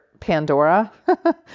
Pandora